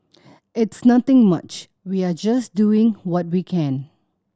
it's nothing much we are just doing what we can